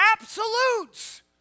absolutes